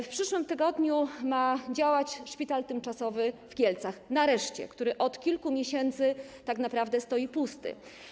W przyszłym tygodniu ma działać szpital tymczasowy w Kielcach - nareszcie - który od kilku miesięcy tak naprawdę stoi pusty.